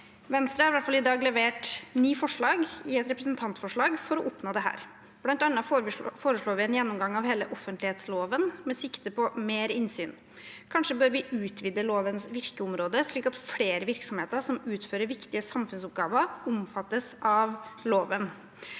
Venstre har, i hvert fall, i dag levert ni forslag i et representantforslag for å oppnå dette. Blant annet foreslår vi en gjennomgang av hele offentlighetsloven, med sikte på mer innsyn. Kanskje bør vi utvide lovens virkeområde, slik at flere virksomheter som utfører viktige samfunnsoppgaver, omfattes av loven.